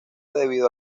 debido